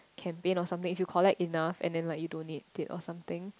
campaign or something if you collect enough and then like you donate it or something